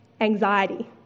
anxiety